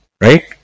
right